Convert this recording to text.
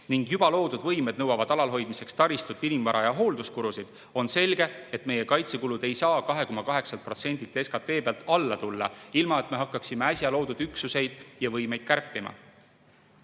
ning juba loodud võimed nõuavad alalhoidmiseks taristut, inimvara ja hoolduskulusid, on selge, et meie kaitsekulud ei saa 2,8% SKT pealt väheneda ilma, et hakkaksime äsja loodud üksuseid ja võimeid